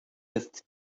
jest